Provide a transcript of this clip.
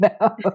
now